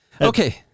Okay